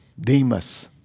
Demas